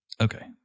Okay